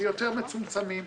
ויותר מצומצמים.